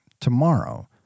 tomorrow